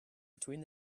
between